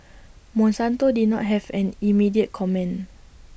monsanto did not have an immediate comment